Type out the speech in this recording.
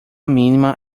mínima